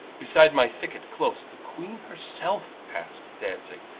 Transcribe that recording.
beside my thicket-close the queen herself passed dancing,